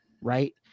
right